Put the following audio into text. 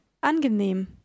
Angenehm